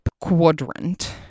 quadrant